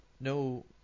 no